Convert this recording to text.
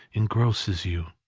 engrosses you.